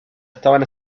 estaban